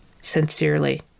Sincerely